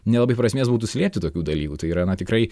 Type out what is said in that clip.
nelabai prasmės būtų slėpti tokių dalykų tai yra na tikrai